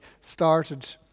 started